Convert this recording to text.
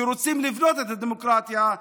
שרוצים לבנות את הדמוקרטיה,